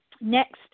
next